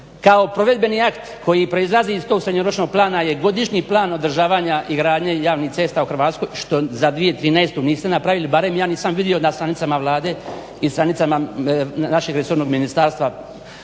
kao provedbeni akt koji proizlazi iz tog srednjoročnog plana je godišnji plan održavanja i gradnje javnih cesta u Hrvatskoj što za 2013. niste napravili, barem ja nisam vidio na stranicama Vlade i stranicama našeg resornog Ministarstva